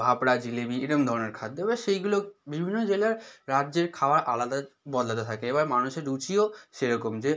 ফাফড়া জলেবি এরম ধরনের খাদ্য এবার সেইগুলো বিভিন্ন জেলার রাজ্যের খাবার আলাদা বদলাতে থাকে এবার মানুষের রুচিও সেরকম যে